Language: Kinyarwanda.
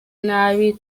nabi